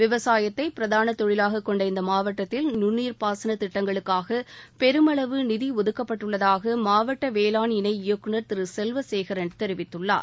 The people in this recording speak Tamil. விவசாயத்தை பிரதான தொழிலாகக் கொண்ட இந்த மாவட்டத்தில் நுண்ணீர் பாசனத் திட்டங்களுக்காக பெருமளவு நிதி ஒதுக்கப்பட்டுள்ளதாக மாவட்ட வேளான் இணை இயக்குநர் திரு செல்வசேகரன் தெரிவித்துள்ளார்